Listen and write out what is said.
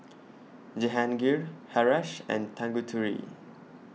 Jehangirr Haresh and Tanguturi